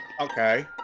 Okay